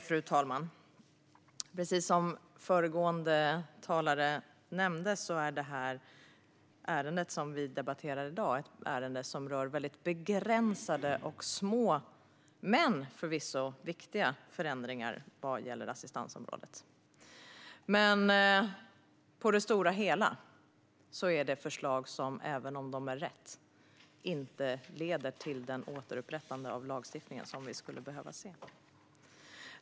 Fru talman! Precis som föregående talare nämnde rör det ärende vi debatterar i dag väldigt begränsade och små, men förvisso viktiga, förändringar på assistansområdet. På det stora hela är det dock förslag som, även om de är riktiga, inte leder till det återupprättande av lagstiftningen som vi skulle behöva se.